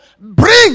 bring